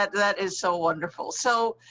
that, that is so wonderful. so,